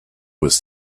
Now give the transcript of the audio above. was